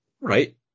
Right